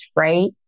right